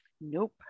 Nope